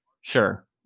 Sure